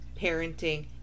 parenting